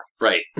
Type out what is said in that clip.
Right